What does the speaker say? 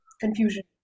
confusion